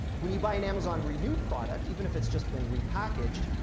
when you buy an amazon renewed product, even if it's just been repackaged,